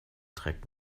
trägt